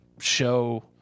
show